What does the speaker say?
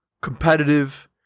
competitive